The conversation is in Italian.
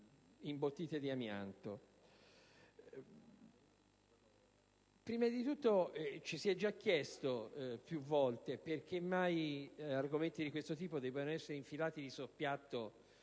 primo luogo, ci si è già chiesti più volte perché mai argomenti di questo tipo debbano essere infilati di soppiatto